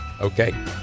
Okay